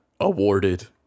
awarded